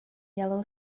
yellow